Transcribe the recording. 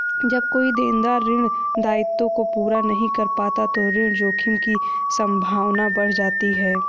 जब कोई देनदार ऋण दायित्वों को पूरा नहीं कर पाता तो ऋण जोखिम की संभावना बढ़ जाती है